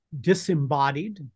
disembodied